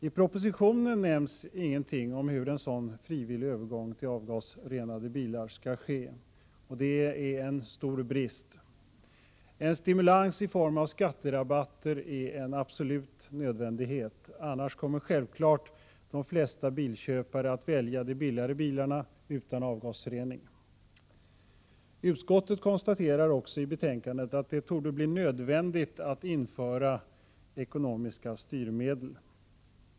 I propositionen nämns ingenting om hur en sådan frivillig övergång till avgasrenade bilar skall ske, och det är en stor brist. En stimulans i form av skatterabatter är en absolut nödvändighet, annars kommer självfallet de flesta bilköpare att välja de billigare bilarna utan avgasrening. Utskottet konstaterar också i betänkandet att ”det torde bli nödvändigt att införa ekonomiska styrmedel”.